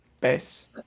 Base